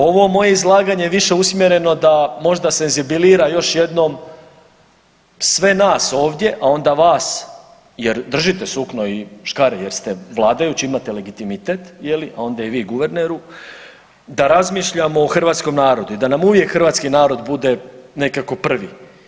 Ovo moje izlaganje je više usmjereno da više senzibilizira još jednom sve nas ovdje, a onda vas jer držite sukno i škare jer ste vladajući, imate legitimitet, a onda i vi guverneru da razmišljamo o hrvatskom narodu i da nam uvijek hrvatski narod bude nekako prvi.